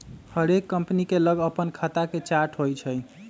हरेक कंपनी के लग अप्पन खता के चार्ट होइ छइ